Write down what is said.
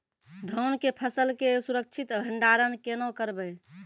धान के फसल के सुरक्षित भंडारण केना करबै?